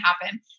happen